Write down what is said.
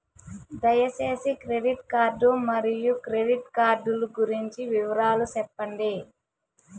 దయసేసి credit card మరియు credit card లు గురించి వివరాలు సెప్పండి?